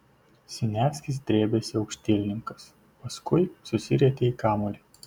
siniavskis drebėsi aukštielninkas paskui susirietė į kamuolį